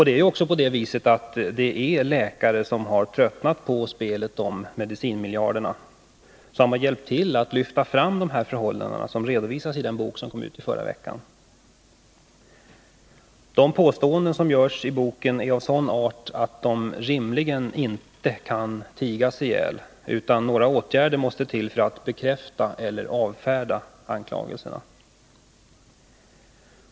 Det är också på det viset att det är läkare som tröttnat på spelet om medicinmiljarderna som har hjälpt till att lyfta fram de förhållanden som redovisas i den bok som kom ut i förra veckan. De påståenden som görs i boken är emellertid av sådan art att de rimligen inte kan tigas ihjäl, utan några åtgärder måste till för att bekräfta eller avfärda anklagelserna.